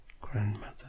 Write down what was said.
grandmother